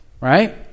right